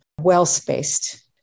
well-spaced